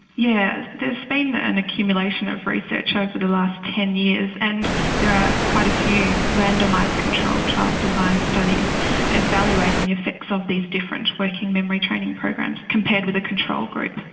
yeah there has been an accumulation of research over the last ten years, and there are quite a few randomised controlled trial designed studies evaluating the effects of these different working memory training programs, compared with a control group.